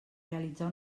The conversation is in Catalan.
realitzar